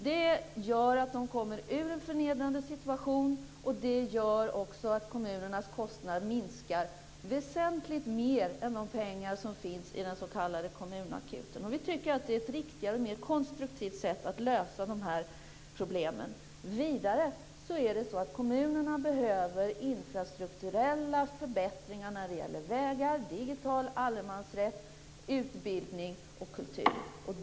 Det gör att de kommer ur en förnedrande situation, och det gör också att kommunernas kostnad minskar väsentligt mer än när det gäller de pengar som finns i den s.k. kommunakuten. Vi tycker att det här är ett riktigare och mer konstruktivt sätt att lösa dessa problem. Vidare behöver kommunerna infrastrukturella förbättringar när det gäller vägar, digital allemansrätt, utbildning och kultur.